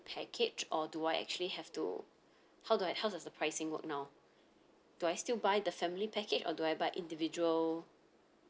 package or do I actually have to how do I how does the pricing work now do I still buy the family package or do I buy individual